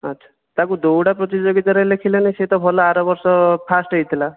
ଆଚ୍ଛା ତାକୁ ଦୌଡ଼ା ପ୍ରତିଯୋଗିତାରେ ଲେଖିଲେନି ସେ ତ ଭଲ ଆର ବର୍ଷ ଫାଷ୍ଟ୍ ହୋଇଥିଲା